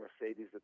Mercedes